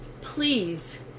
please